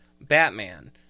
Batman